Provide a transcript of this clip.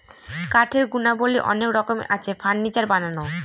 কাঠের গুণাবলী অনেক রকমের আছে, ফার্নিচার বানানো